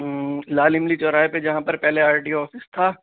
لال املی چوراہے پہ جہاں پر پہلے آر ٹی او آفس تھا